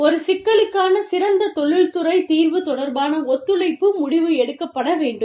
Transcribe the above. ஒரு சிக்கலுக்கான சிறந்த தொழில்முறை தீர்வு தொடர்பான ஒத்துழைப்பு முடிவு எடுக்கப்பட வேண்டும்